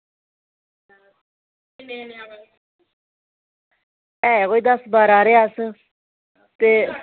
एह् कोई दस बांरा सारे अस ते